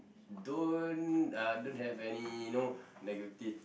don't uh don't have any you know negative